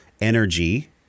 energy